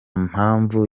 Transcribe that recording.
mpamvu